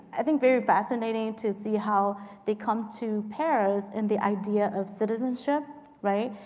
i think, very fascinating to see how they come to paris in the idea of citizenship. right?